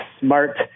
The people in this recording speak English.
smart